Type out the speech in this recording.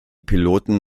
piloten